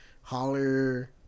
Holler –